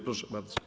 Proszę bardzo.